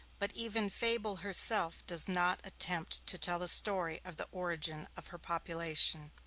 but even fable herself does not attempt to tell the story of the origin of her population.